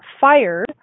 fired